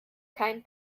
kein